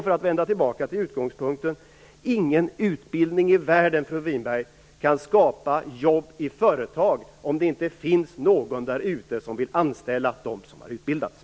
För att vända tillbaka till utgångspunkten: Ingen utbildning i världen, fru Winberg, kan skapa jobb i företag om det inte finns någon därute som vill anställa dem som har utbildats.